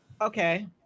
Okay